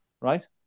right